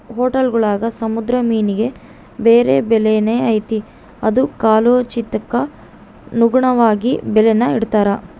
ಹೊಟೇಲ್ಗುಳಾಗ ಸಮುದ್ರ ಮೀನಿಗೆ ಬ್ಯಾರೆ ಬೆಲೆನೇ ಐತೆ ಅದು ಕಾಲೋಚಿತಕ್ಕನುಗುಣವಾಗಿ ಬೆಲೇನ ಇಡ್ತಾರ